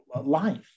life